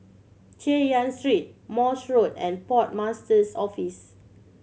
Chay Yan Street Morse Road and Port Master's Office